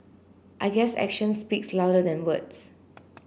I guess action speaks louder than words